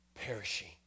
perishing